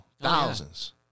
thousands